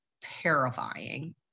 terrifying